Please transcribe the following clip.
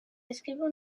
describe